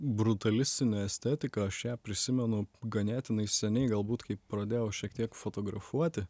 brutalistinė estetika aš ją prisimenu ganėtinai seniai galbūt kai pradėjau šiek tiek fotografuoti